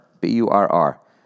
B-U-R-R